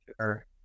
Sure